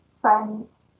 friends